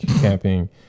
camping